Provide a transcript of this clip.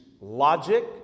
logic